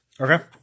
Okay